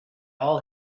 all